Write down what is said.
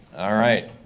all right,